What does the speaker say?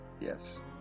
Yes